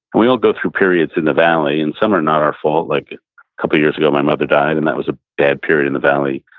we all go through periods in the valley, and some are not our fault, like a couple years ago my mother died and that was a bad period in the valley,